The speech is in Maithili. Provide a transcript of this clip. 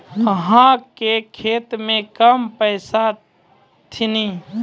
अहाँ के खाता मे कम पैसा छथिन?